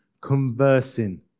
conversing